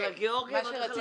גם על הגאורגים, אחר כך על